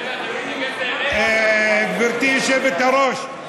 גברתי היושבת-ראש דוד,